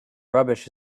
rubbish